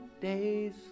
days